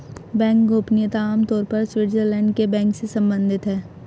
bank गोपनीयता आम तौर पर स्विटज़रलैंड के बैंक से सम्बंधित है